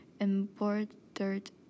embroidered